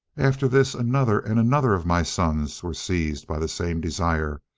after this another and another of my sons were seized by the same desire,